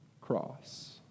cross